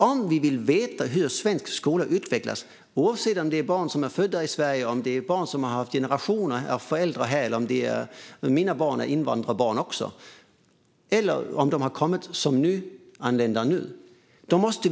Om vi vill veta hur svensk skola utvecklas, oavsett om den består av barn som är födda i Sverige, av barn vars familjer har levt här i generationer, av invandrarbarn - mina barn är också invandrarbarn - eller av nyanlända måste vi veta vad som är fakta.